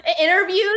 Interviews